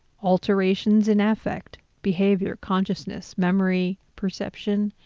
alterations in affect, behavior, consciousness, memory, perception,